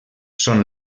són